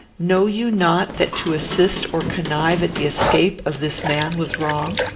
know you not that to assist or connive at the escape of this man was wrong?